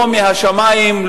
לא מהשמים,